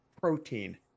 protein